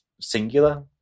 singular